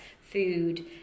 food